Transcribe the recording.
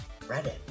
Reddit